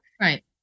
Right